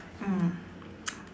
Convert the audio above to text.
mm